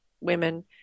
women